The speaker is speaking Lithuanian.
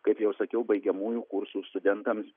kaip jau sakiau baigiamųjų kursų studentams